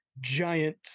giant